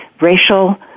racial